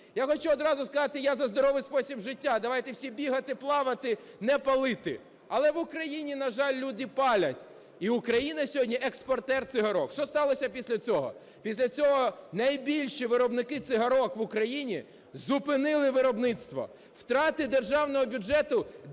Я хочу одразу сказати, я – за здоровий спосіб життя, давайте всі бігати, плавати, не палити. Але в Україні, на жаль, люди палять. І Україна сьогодні експортер цигарок. Що сталося після цього? Після цього найбільші виробники цигарок в Україні зупинили виробництво. Втрати державного бюджету –